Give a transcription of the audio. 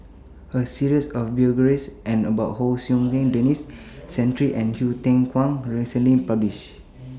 A series of biographies and about Hon Sui Sen Denis Santry and Hsu Tse Kwang recently published